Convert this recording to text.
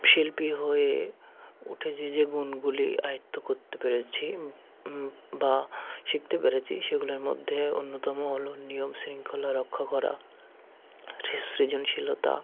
শিল্পী হয়ে উঠেছি যে গুণগুলি আয়ত্ত করতে পেরেছি বা শিখতে পেরেছি সেগুলির মধ্যে অন্যতম হল নিয়ম শৃঙ্খলা রক্ষা করা আছে সৃজনশীলতা